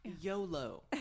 YOLO